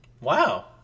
Wow